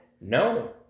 No